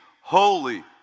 Holy